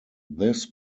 this